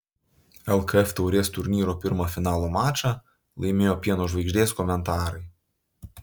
lkf taurės turnyro pirmą finalo mačą laimėjo pieno žvaigždės komentarai